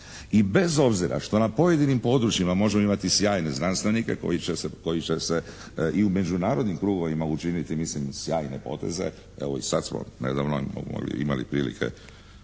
i bez obzira što na pojedinim područjima možemo imati sjajne znanstvenike koji će se i u međunarodnim krugovima učiniti mislim sjajne poteze, evo i sad smo nedavno im pomogli,